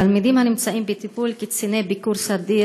תלמידים הנמצאים בטיפול קציני ביקור סדיר